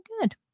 good